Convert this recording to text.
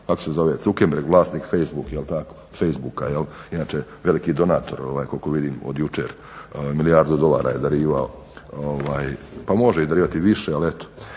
kako se zove Zuckenberg vlasnik Facebooka inače veliki donator koliko vidim od jučer milijardu dolara je darivao, pa može darivati više ali eto.